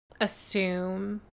assume